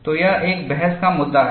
तो यह एक बहस का मुद्दा है